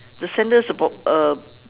the sandals are about uh